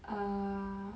err